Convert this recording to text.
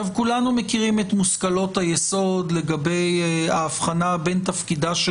כולנו מכירים את מושכלות היסוד לגבי ההבחנה בין תפקידה של